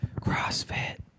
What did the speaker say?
CrossFit